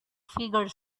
figure